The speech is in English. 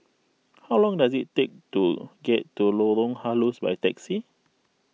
how long does it take to get to Lorong Halus by taxi